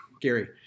Gary